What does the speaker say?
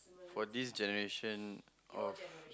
for this generation of